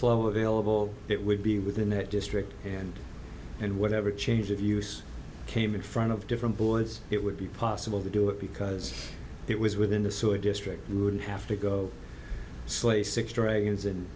flow available it would be within that district and and whatever change of use came in front of different boards it would be possible to do it because it was within the sewer district we would have to go sleigh six dragons and